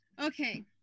Okay